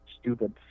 stupid